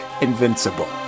Invincible